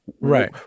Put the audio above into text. right